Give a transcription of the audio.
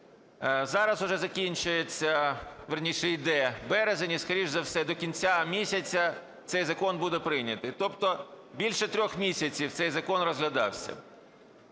Зараз уже закінчується, вірніше, йде березень, і скоріше за все, до кінця місяця цей закон буде прийнятий. Тобто більше 3 місяців цей закон буде розглядатися.